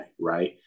right